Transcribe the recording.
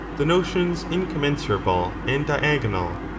the notions incommensurable and diagonal.